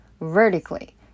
vertically